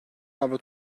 avro